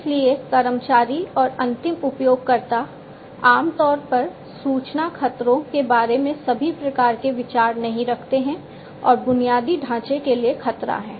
इसलिए कर्मचारी और अंतिम उपयोगकर्ता आमतौर पर सूचना खतरों के बारे में सभी प्रकार के विचार नहीं रखते हैं और बुनियादी ढांचे के लिए खतरा है